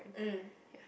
mm